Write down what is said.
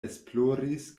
esploris